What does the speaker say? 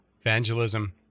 Evangelism